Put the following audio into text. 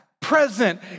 present